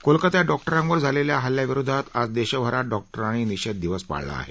कोलकत्यात डॉक्टरांवर झालेल्या हल्ल्याविरोधात आज देशभरात डॉक्टरांनी निषेध दिवस पाळला आहे